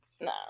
no